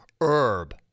Herb